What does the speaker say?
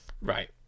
Right